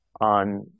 on